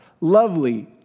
lovely